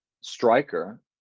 striker